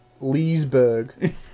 Leesburg